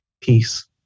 peace